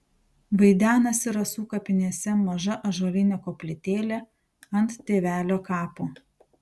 vaidenasi rasų kapinėse maža ąžuolinė koplytėlė ant tėvelio kapo